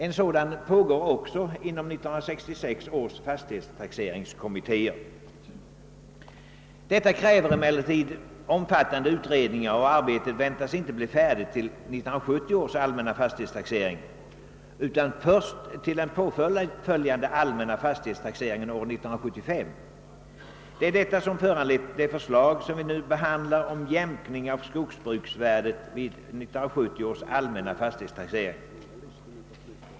En sådan pågår också inom 1966 års fastighetstaxeringskommittéer. Detta kräver emellertid omfattande utredningar och arbetet väntas inte bli färdigt till 1970 års allmänna fastighetstaxering utan först till den följande allmänna fastighetstaxeringen år 1975. Detta har föranlett det förslag som vi nu behandlar om jämkning av skogsbruksvärdet vid 1970 års allmänna fastighetstaxering.